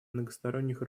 многосторонних